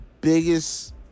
biggest